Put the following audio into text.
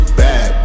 bad